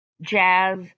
jazz